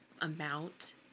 amount